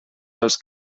dels